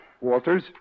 Walters